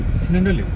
sembilan dollar